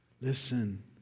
Listen